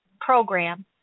program